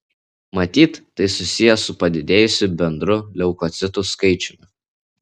matyt tai susiję su padidėjusiu bendru leukocitų skaičiumi